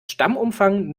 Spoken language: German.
stammumfang